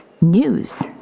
news